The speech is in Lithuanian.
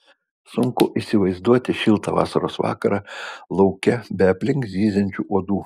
sunku įsivaizduoti šiltą vasaros vakarą lauke be aplink zyziančių uodų